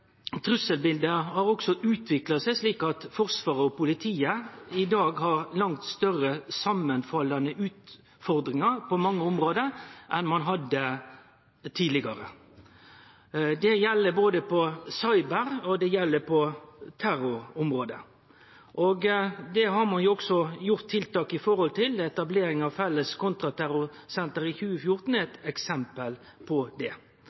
Forsvaret og politiet i dag har langt større samanfallande utfordringar på mange område enn det ein hadde tidlegare. Det gjeld både på cyberområdet og på terrorområdet. Det har ein også gjort tiltak i høve til, og etableringa av Felles kontraterrorsenter i 2014 er eit eksempel på det.